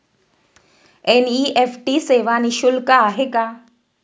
NEFT सेवा निःशुल्क आहे का?